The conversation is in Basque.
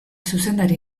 zuzendari